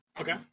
Okay